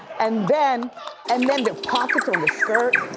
and then and then their pockets on the skirt,